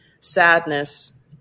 sadness